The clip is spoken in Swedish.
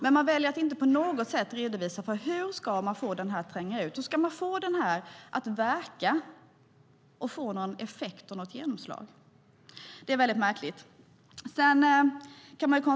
Man väljer att inte på något sätt redovisa hur man ska få den att tränga ut, verka och få effekt och genomslag. Det är märkligt.